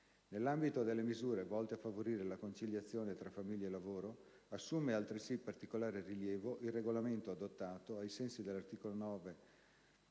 Nell'ambito delle misure volte a favorire la conciliazione tra famiglia e lavoro, assume altresì particolare rilievo il Regolamento adottato - ai sensi dell'articolo 9,